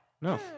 no